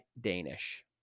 Danish